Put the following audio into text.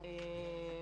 אוקיי.